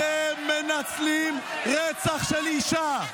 אתם מנצלים רצח של אישה.